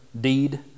deed